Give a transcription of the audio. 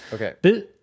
Okay